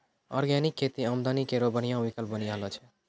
organic खेती आमदनी केरो बढ़िया विकल्प बनी रहलो छै